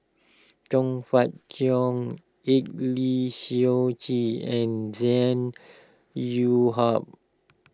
Chong Fah Cheong Eng Lee Seok Chee and Zhang You ha